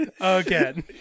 again